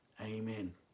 amen